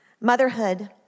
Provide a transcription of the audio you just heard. Motherhood